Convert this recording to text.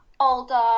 older